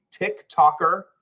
TikToker